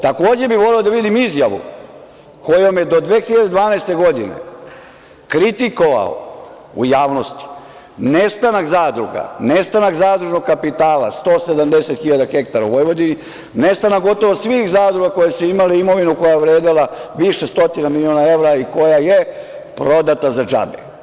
Takođe bih voleo da vidim izjavu kojom je do 2012. godine kritikovao u javnosti nestanak zadruga, nestanak zadružnog kapitala, 170 hiljada hektara u Vojvodini, nestanak gotovo svih zadruga koje su imale imovinu koja je vredela više stotina miliona evra i koja je prodata za džabe.